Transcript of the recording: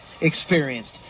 Experienced